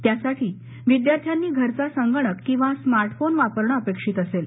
त्यासाठी विद्यार्थ्यांनी घरचा संगणक किंवा स्मार्टफोन वापरणे अपेक्षित असेल